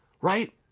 right